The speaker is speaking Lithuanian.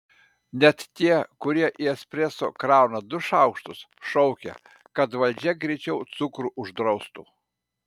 net tie kurie į espreso krauna du šaukštus šaukia kad valdžia greičiau cukrų uždraustų